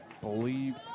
believe